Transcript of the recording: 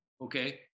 Okay